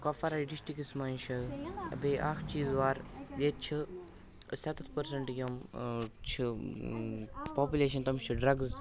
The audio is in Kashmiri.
کُپوارہ ڈِسٹِرٛکَس منٛز چھِ بیٚیہِ اَکھ چیٖز وَر ییٚتہِ چھِ سَتَتھ پٔرسَنٛٹہٕ یِم چھِ پاپلیشَن تِم چھِ ڈرٛگٕز